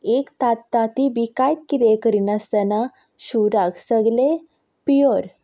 एक ता तांतीं बी कांयत हें करिनासतना शिवराक सगलें प्युअर